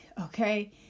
Okay